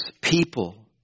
people